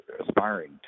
aspiring